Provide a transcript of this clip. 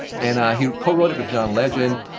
and he co-wrote it with john legend,